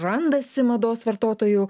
randasi mados vartotojų